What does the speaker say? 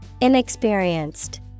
Inexperienced